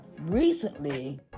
recently